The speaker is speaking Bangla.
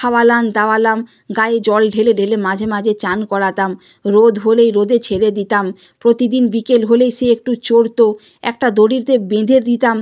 খাওয়ালাম দাওয়ালাম গায়ে জল ঢেলে ঢেলে মাঝে মাঝে চান করাতাম রোদ হলেই রোদে ছেড়ে দিতাম প্রতিদিন বিকেল হলেই সে একটু চরতো একটা দড়িতে বেঁধে দিতাম